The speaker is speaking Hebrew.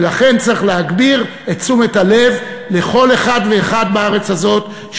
ולכן צריך להגביר את תשומת הלב לכל אחד ואחד בארץ הזאת,